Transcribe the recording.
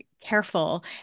careful